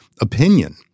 opinion